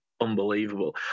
unbelievable